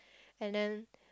and then